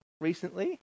recently